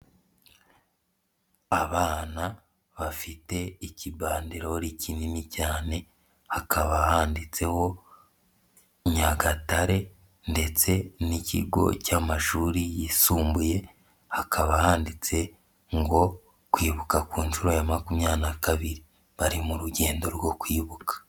Abana bafite ikibandirore kinini cyane, hakaba handitseho Nyagatare ndetse n'ikigo cy'amashuri yisumbuye, hakaba handitse ngo Kwibuka ku nshuro ya makumyabiri kabiri, bari mu rugendo rwo kwibuka.